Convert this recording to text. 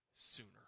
sooner